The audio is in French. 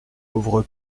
pauvre